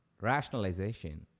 Rationalization